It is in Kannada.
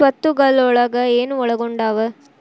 ಸ್ವತ್ತುಗಲೊಳಗ ಏನು ಒಳಗೊಂಡಾವ?